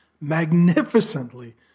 magnificently